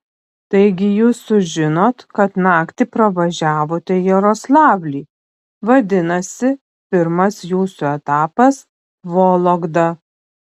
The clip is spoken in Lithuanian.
taigi jūs sužinot kad naktį pravažiavote jaroslavlį vadinasi pirmas jūsų etapas vologda